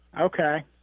Okay